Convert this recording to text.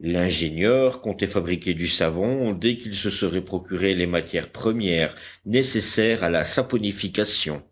l'ingénieur comptait fabriquer du savon dès qu'il se serait procuré les matières premières nécessaires à la saponification